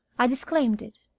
i disclaimed it.